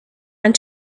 and